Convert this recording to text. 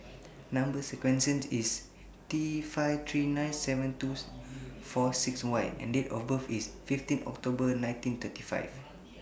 Number sequence IS T five three nine seven two four six Y and Date of birth IS fifteen October nineteen thirty five